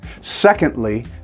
secondly